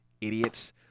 Idiots